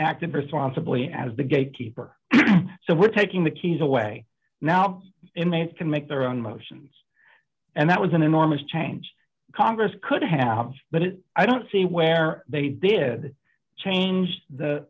acted responsibly as the gatekeeper so we're taking the keys away now the inmates can make their own motions and that was an enormous change congress could have but i don't see where they did change the